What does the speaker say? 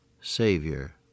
Savior